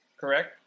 correct